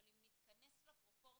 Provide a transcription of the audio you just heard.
אבל אם נתכנס לפרופורציות,